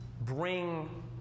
bring